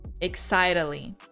excitedly